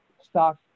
stock